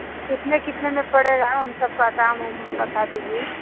कितने कितने में पड़ रहा उन सबका दाम हमें बता दीजिए